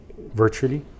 virtually